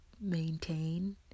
maintain